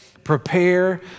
Prepare